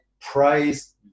Praise